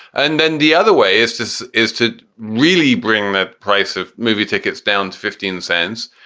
and then the other way is to is is to really bring the price of movie tickets down to fifteen cents.